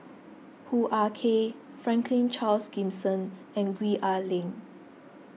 Hoo Ah Kay Franklin Charles Gimson and Gwee Ah Leng